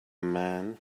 man